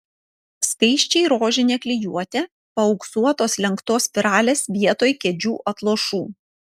skaisčiai rožinė klijuotė paauksuotos lenktos spiralės vietoj kėdžių atlošų